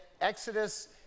Exodus